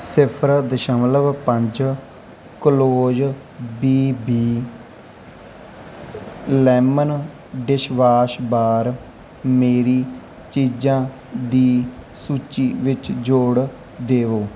ਸਿਫ਼ਰ ਦਸ਼ਮਲਵ ਪੰਜ kilos B B home lemon dishwash bar ਮੇਰੀ ਚੀਜ਼ਾਂ ਦੀ ਸੂਚੀ ਵਿੱਚ ਜੋੜ ਦੇਵੋ